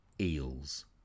eels